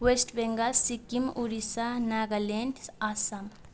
West Bengal Sikkim Odisha Nagaland Assam